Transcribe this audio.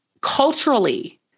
culturally